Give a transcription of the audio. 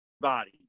Body